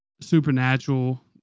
supernatural